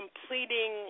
completing